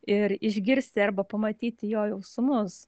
ir išgirsti arba pamatyti jo jausmus